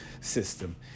system